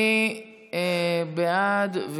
מי בעד?